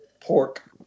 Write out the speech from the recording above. Pork